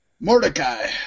mordecai